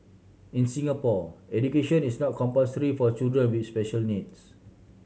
in Singapore education is not compulsory for children with special needs